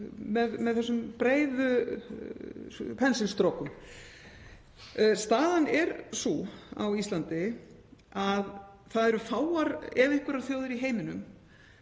með þessum breiðu pensilstrokum. Staðan er sú á Íslandi að það eru fáar ef einhverjar þjóðir í heiminum